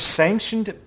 sanctioned